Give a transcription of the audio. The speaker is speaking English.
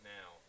now